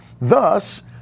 Thus